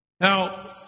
Now